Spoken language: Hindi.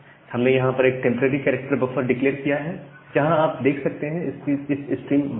हमने यहां एक टेंपरेरी कैरेक्टर बफर डिक्लेअर किया है जहां आप देख सकते हैं इस स्ट्रीम बफर को